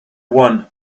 one